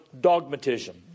dogmatism